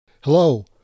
Hello